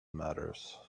matters